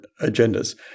agendas